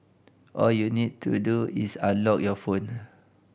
all you need to do is unlock your phone